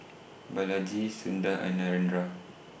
Balaji Sundar and Narendra